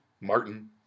Martin